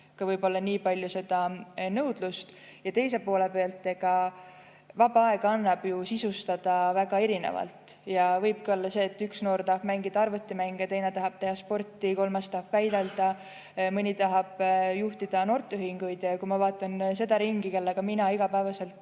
ka võib-olla nii palju seda nõudlust. Ja teise poole pealt, vaba aega annab ju sisustada väga erinevalt. Võib-olla üks noor tahab mängida arvutimänge, teine tahab teha sporti, mõni tahab väidelda, mõni tahab juhtida noorteühinguid. Kui ma vaatan seda ringi, kellega mina igapäevaselt